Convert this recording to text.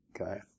okay